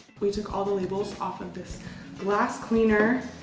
we took all the labels off of this glass cleaner,